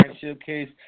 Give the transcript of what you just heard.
Showcase